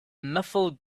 muffled